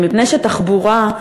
מפני שתחבורה,